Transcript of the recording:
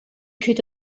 could